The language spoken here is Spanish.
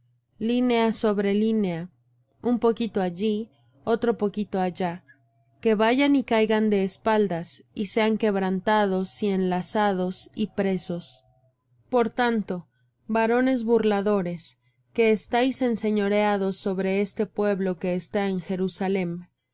línea sobre línea un poquito allí otro poquito allá que vayan y caigan de espaldas y sean quebrantados y enlazados y presos por tanto varones burladores que estáis enseñoreados sobre este pueblo que está en jerusalem